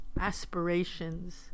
aspirations